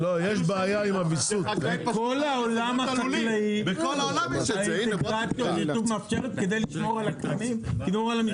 בכל העולם החקלאי האינטגרציות מאפשרות כדי לשמור על הקטנים.